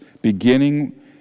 beginning